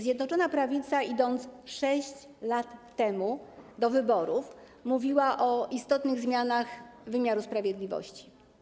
Zjednoczona Prawica, idąc 6 lat temu do wyborów, mówiła o istotnych zmianach w wymiarze sprawiedliwości.